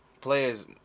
players